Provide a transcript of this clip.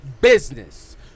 business